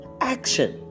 action